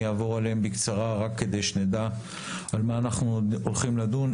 אעבור עליהם בקצרה רק כדי שנדע על מה אנחנו הולכים לדון.